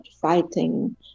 fighting